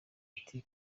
ati